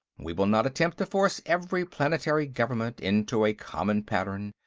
we will not attempt to force every planetary government into a common pattern,